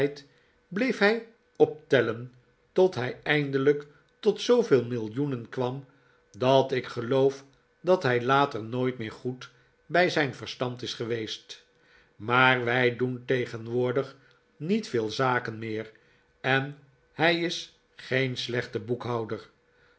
bleef hij optellen tot hij eindelijk tot zooveel millioenen kwam dat ik geloof dat hij later nooit meer goed bij zijn verstand is geweest maar wij doen tegenwoordig niet veel zaken meer en hij is geen slechte boekhouder